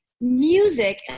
music